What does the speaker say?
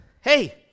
hey